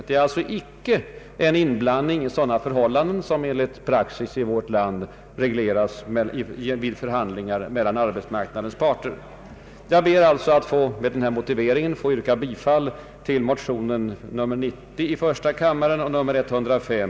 Det är alltså inte fråga om en inblandning i sådana förhållanden som enligt praxis i vårt land regleras vid förhandlingar mellan arbetsmarknadens parter. Jag ber, herr talman, att med denna motivering få yrka bifall till motionerna I: 90 och II: 105.